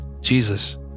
Jesus